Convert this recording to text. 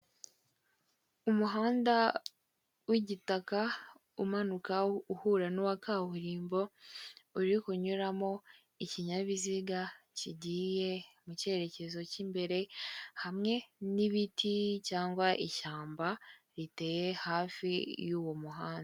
Umuhanda w'igitaka, umanuka uhura n'uwa kaburimbo uri kunyuramo ikinyabiziga kigiye mu cyerekezo cy'imbere hamwe n'ibiti cyangwa ishyamba riteye hafi y'uwo muhanda.